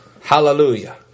Hallelujah